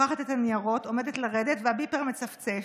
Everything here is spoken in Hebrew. לוקחת את הניירות, עומדת לרדת, והביפר מצפצף.